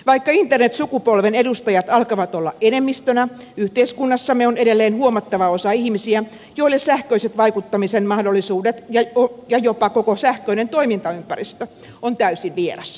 vaikka internetsukupolven edustajat alkavat olla enemmistönä yhteiskunnassamme on edelleen huomattava osa ihmisiä joille sähköiset vaikuttamisen mahdollisuudet ja jopa koko sähköinen toimintaympäristö ovat täysin vieraita